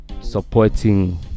supporting